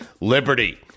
Liberty